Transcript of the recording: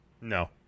No